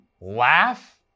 laugh